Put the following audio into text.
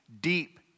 deep